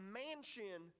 mansion